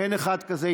אין אחד כזה.